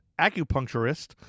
acupuncturist